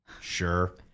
sure